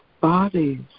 bodies